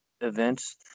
events